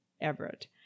Everett